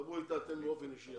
דברו אתה אתם באופן אישי.